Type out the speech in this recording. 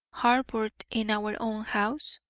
harboured in our own house?